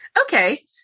Okay